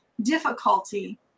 difficulty